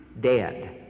dead